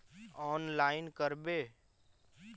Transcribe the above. Online करवे?